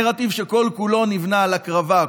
נרטיב שכל-כולו נבנה על הקרבה,